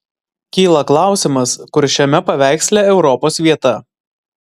kyla klausimas kur šiame paveiksle europos vieta